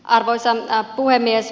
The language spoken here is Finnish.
arvoisa puhemies